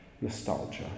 nostalgia